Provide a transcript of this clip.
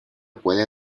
puede